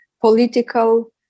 political